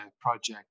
project